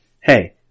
hey